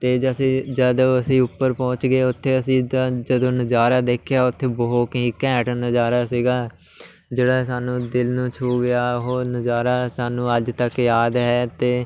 ਅਤੇ ਜ ਅਸੀਂ ਜਦੋਂ ਅਸੀਂ ਉੱਪਰ ਪਹੁੰਚ ਗਏ ਉੱਥੇ ਅਸੀਂ ਜਦੋਂ ਨਜ਼ਾਰਾ ਦੇਖਿਆ ਉੱਥੇ ਬਹੁਤ ਹੀ ਘੈਂਟ ਨਜ਼ਾਰਾ ਸੀਗਾ ਜਿਹੜਾ ਸਾਨੂੰ ਦਿਲ ਨੂੰ ਛੂ ਗਿਆ ਉਹ ਨਜ਼ਾਰਾ ਸਾਨੂੰ ਅੱਜ ਤੱਕ ਯਾਦ ਹੈ ਅਤੇ